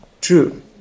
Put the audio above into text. True